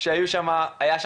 שהיה שם קנאביס,